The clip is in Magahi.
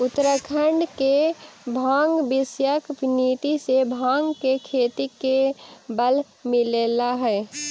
उत्तराखण्ड के भाँग विषयक नीति से भाँग के खेती के बल मिलले हइ